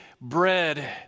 bread